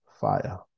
fire